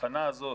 האבחנה הזאת